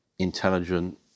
intelligent